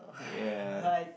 yeah